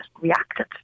reacted